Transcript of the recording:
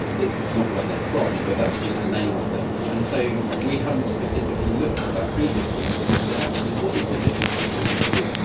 that's not where they are from but that's just the name of them. and so we hadn't specifically looked at that previously, and someone said actually what is the difference between the two?